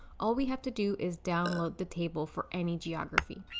all we have to do is download the table for any geography.